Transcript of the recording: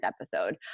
episode